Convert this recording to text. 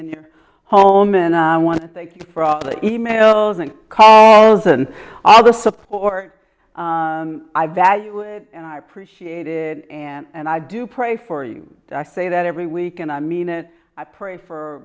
in your home and i want to thank you for all the e mails and carlson all the support i value it and i appreciate it and i do pray for you i say that every week and i mean it i pray for